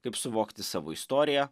kaip suvokti savo istoriją